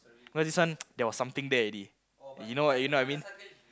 no this one there was something there already you know what you know what I mean